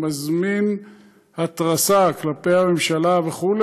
הוא מזמין התרסה כלפי הממשלה וכו',